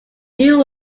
new